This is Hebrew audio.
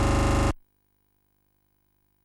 מבקשת להסמיך את בית המשפט לעניינים